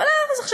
עכשיו,